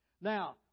Now